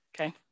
Okay